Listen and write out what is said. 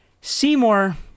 Seymour